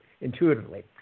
intuitively